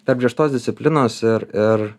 tarp griežtos disciplinos ir ir